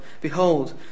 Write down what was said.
Behold